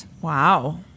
Wow